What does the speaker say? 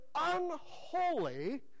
unholy